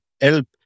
help